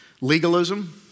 legalism